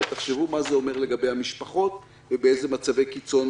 תחשבו מה זה אומר לגבי המשפחות ובאילו מצבי קיצון